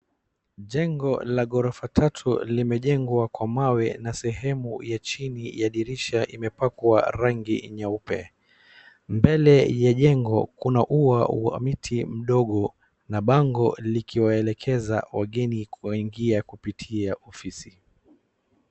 Jengo la gorofa tatu limejengwa kwa mawe na sehemu ya chini ya dirisha imepakwa rangi nyeupe. Mbele la jengo kuna ua wa mti mdogo na bango likiwaelekeza wangeni kuingia kupitia offsi.